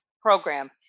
program